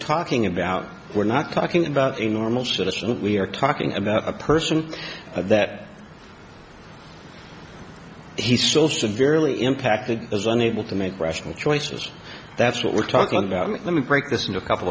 talking about we're not talking about a normal citizen that we're talking about a person that he's so severely impacted is unable to make rational choices that's what we're talking about let me break this in a couple